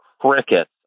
cricket